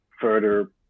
further